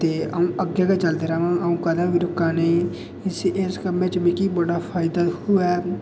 ते अं'ऊ गै चलदा र'वां ते अं'ऊ कदें बी रुकां नेईं ते जिसी मिगी इस कम्मै च बड़ा फायदा होऐ